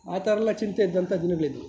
ಆ ಥರ ಎಲ್ಲ ಚಿಂತೆ ಇದ್ದಂಥ ದಿನಗಳಿದ್ದವು